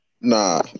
Nah